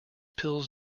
pills